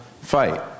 fight